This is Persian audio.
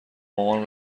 مامان